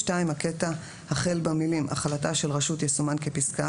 (2) הקטע החל במילים "החלטה של רשות" יסומן כפסקה